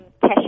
cash